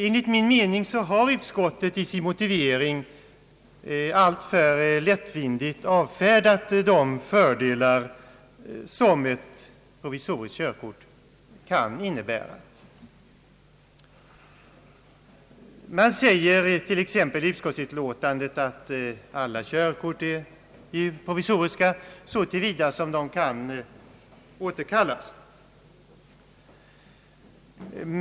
Enligt min mening har utskottet i sin motivering allför lättvindigt avfärdat de fördelar som ett provisoriskt körkort kan innebära. I utskottsutlåtandet säger man t.ex. att alla körkort är provisoriska så till vida som de kan återkallas.